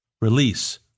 Release